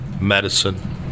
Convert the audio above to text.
medicine